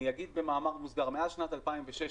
אני אגיד במאמר מוסגר: מאז שנת 2006,